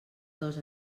dos